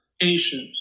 patient